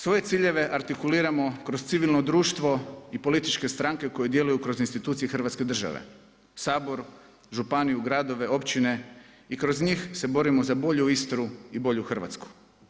Svoje ciljeve artikuliramo kroz civilno društvo i političke stranke koje djeluju kroz institucije Hrvatske države Sabor, županiju, gradove, općine i kroz njih se borimo za bolju Istru i bolju Hrvatsku.